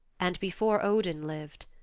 and before odin lived,